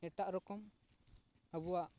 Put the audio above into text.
ᱮᱴᱟᱜ ᱨᱚᱠᱚᱢ ᱟᱵᱚᱣᱟᱜ